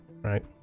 right